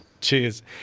Cheers